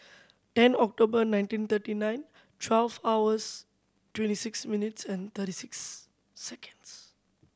ten October nineteen thirty nine twelve hours twenty six minutes and thirty six seconds